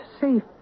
safe